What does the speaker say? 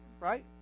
right